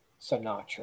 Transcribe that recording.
Sinatra